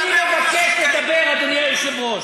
אני מבקש לדבר, אדוני היושב-ראש.